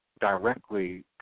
directly